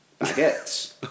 baguettes